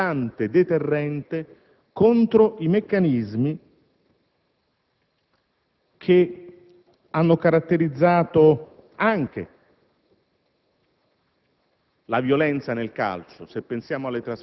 introducendo inevitabilmente un importante deterrente contro i meccanismi che hanno caratterizzato la